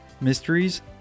mysteries